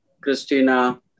Christina